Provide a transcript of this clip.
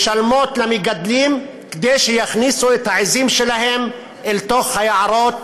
משלמות למגדלים כדי שיכניסו את העיזים שלהם אל תוך היערות,